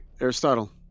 Aristotle